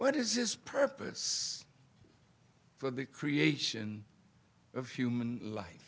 what is his purpose for the creation of human life